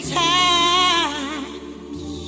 times